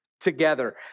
together